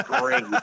great